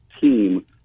team